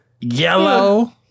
Yellow